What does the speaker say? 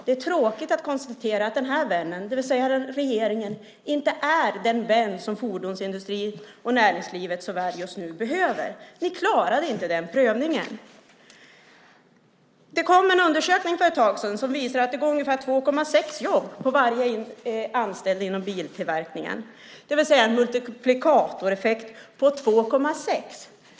Det är tråkigt att konstatera att den här vännen, det vill säga regeringen, inte är den vän som fordonsindustrin och näringslivet så väl behöver just nu. Ni klarar inte den prövningen. Det kom en undersökning för ett tag sedan som visar att det går ungefär 2,6 jobb på varje anställd inom biltillverkningen. Det är alltså en multiplikatoreffekt på 2,6.